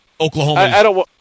Oklahoma